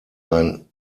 ein